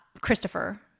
Christopher